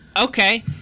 okay